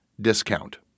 discount